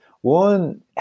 one